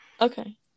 Okay